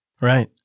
Right